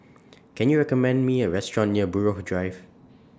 Can YOU recommend Me A Restaurant near Buroh Drive